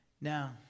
Now